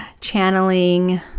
channeling